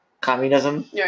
Communism